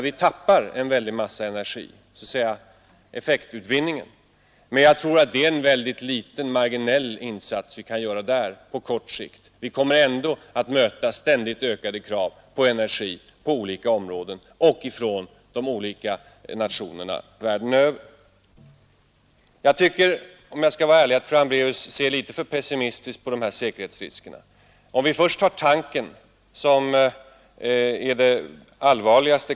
Vi förlorar en väldig massa energi, men jag tror att det är en marginell insats vi kan göra där, på kort sikt. Vi kommer totalt sett att möta så enormt ökade krav på energi på olika områden och från olika nationer. Jag tycker, om jag skall vara ärlig, att fru Hambraeus ser litet för pessimistiskt på säkerhetsriskerna. Låt mig kort gå in på dessa. Tanken är kanske det allvarligaste.